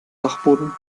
dachboden